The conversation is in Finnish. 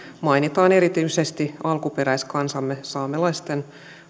mainitaan erityisesti alkuperäiskansamme saamelaisten